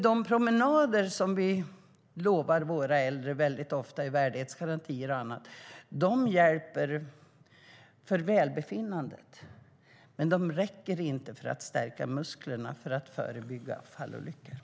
De promenader som vi lovar våra äldre väldigt ofta i värdighetsgarantier och annat hjälper för välbefinnandet. Men de räcker inte för att stärka musklerna för att förebygga fallolyckor.